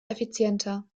effizienter